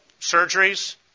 surgeries